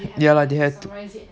ya lah they have to